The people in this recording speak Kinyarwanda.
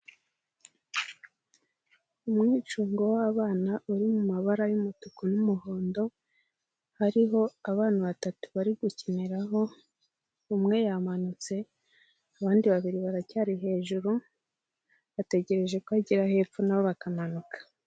Umwicungo w'abana uri mu mabara y'umutuku n'umuhondo hariho abana batatu bari gukiniraho, umwe yamanutse abandi babiri baracyari hejuru bategereje ko agera hepfo na bo bakamanuka.